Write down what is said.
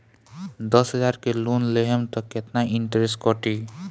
दस हजार के लोन लेहम त कितना इनट्रेस कटी?